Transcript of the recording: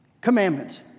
commandments